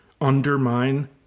undermine